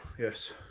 yes